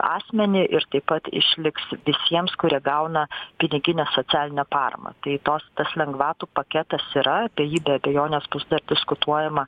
asmenį ir taip pat išliks visiems kurie gauna piniginę socialinę paramą tai tos tas lengvatų paketas yra apie jį be abejonės bus dar diskutuojama